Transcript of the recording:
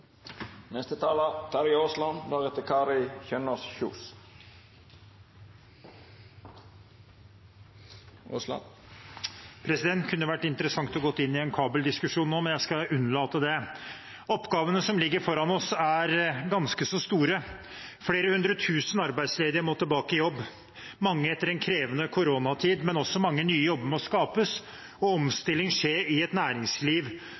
kunne vært interessant å gå inn i en kabeldiskusjon nå, men jeg skal unnlate å gjøre det. Oppgavene som ligger foran oss, er ganske så store. Flere hundretusen arbeidsledige må tilbake i jobb, mange etter en krevende koronatid, men også mange nye jobber må skapes og omstilling skje i et næringsliv